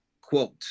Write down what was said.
quote